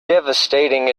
devastating